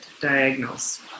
diagonals